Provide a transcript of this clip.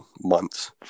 months